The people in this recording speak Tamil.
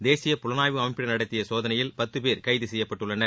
தேசிய புலனாய்வு அமைப்பினர் நடத்திய சோதனையில் பத்து பேர் கைது செய்யப்பட்டுள்ளனர்